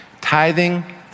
Tithing